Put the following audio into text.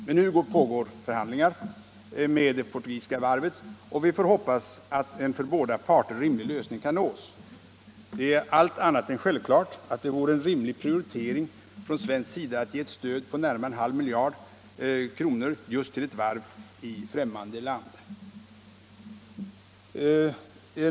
Men nu pågår förhandlingar med det portugisiska varvet, och vi får hoppas att en för båda parter rimlig lösning kan nås. Det är allt annat än självklart att det vore en rimlig prioritering från svensk sida att ge ett stöd på närmare en halv miljard kronor just till ett varv i främmande land.